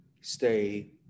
stay